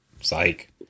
psych